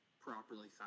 properly